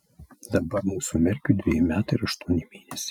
dabar mūsų merkiui dveji metai ir aštuoni mėnesiai